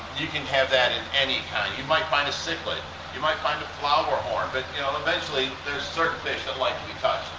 you can have that in any kind. you might find a cichlid you might find a flowerhorn, but you know eventually there's certain fish and like to be touched.